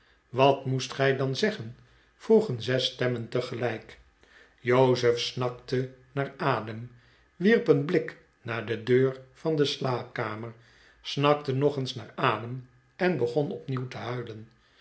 wat moest gij dan zeggen vroegen zes stemmen tegelijk jozef snakte naar adem wierp een blik naar de deur van de slaapkamer snakte nog eens naar adem en begon opnieuw te huilen